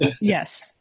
Yes